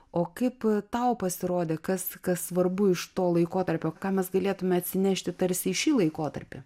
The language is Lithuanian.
o kaip tau pasirodė kas kas svarbu iš to laikotarpio ką mes galėtume atsinešti tarsi į šį laikotarpį